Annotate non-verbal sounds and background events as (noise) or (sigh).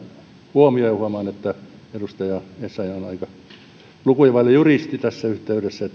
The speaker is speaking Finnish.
huomio huomaan että edustaja essayah on lukuja vaille juristi tässä yhteydessä (unintelligible)